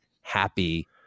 happy